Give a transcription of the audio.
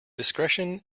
discretion